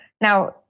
Now